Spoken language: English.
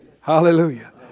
Hallelujah